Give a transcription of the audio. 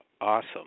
awesome